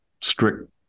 strict